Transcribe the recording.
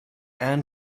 and